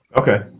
Okay